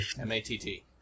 M-A-T-T